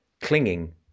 clinging